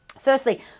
Firstly